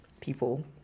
people